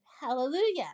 Hallelujah